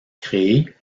créé